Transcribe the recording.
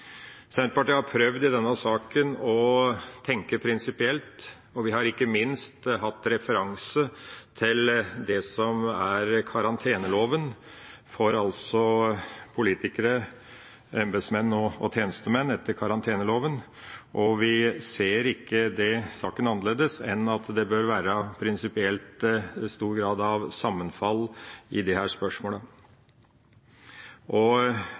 Senterpartiet har i denne saken prøvd å tenke prinsipielt, og vi har ikke minst hatt referanse til det som er karanteneloven for politikere, embetsmenn og tjenestemenn, og vi ser ikke annerledes på saken enn at det prinsipielt bør være stor grad av sammenfall i disse spørsmålene. Vi vil understreke at det bør være lik maksimal lengde på konkurranseklausulene for arbeidstakere og